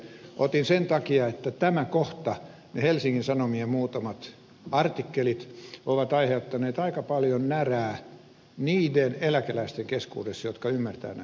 otin sen takia että tämä kohta ja helsingin sanomien muutamat artikkelit ovat aiheuttaneet aika paljon närää niiden eläkeläisten keskuudessa jotka ymmärtävät näitä asioita